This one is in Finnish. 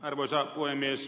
arvoisa puhemies